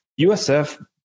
USF